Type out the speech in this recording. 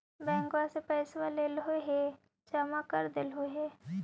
बैंकवा से पैसवा लेलहो है जमा कर देलहो हे?